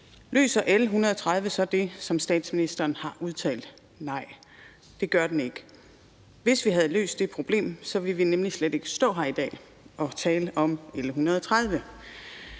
Løser L 130 så det, som statsministeren har udtalt? Nej, det gør det ikke. Hvis vi havde løst det problem, ville vi nemlig slet ikke stå her i dag og tale om L 130.